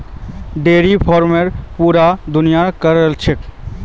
dairy farming पूरा दुनियात क र छेक